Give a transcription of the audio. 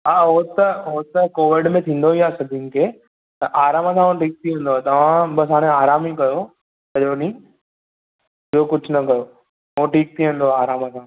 हा हू त हू त कोविड मे थींदो ई आहे सभिनी खे त आरामु सां ठीकु थी वेंदो तव्हां बसि हाणे आरामु ई कयो सॼो ॾींहुं ॿियो कुझु न कयो सभु ठीकु थी वेंदो आरामु सां